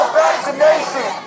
vaccination